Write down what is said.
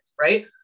Right